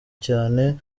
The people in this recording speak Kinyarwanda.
cyane